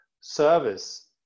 service